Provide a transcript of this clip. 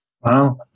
Wow